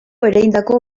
ereindako